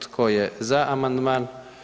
Tko je za amandman?